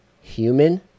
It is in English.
human